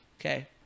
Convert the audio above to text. Okay